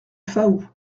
faou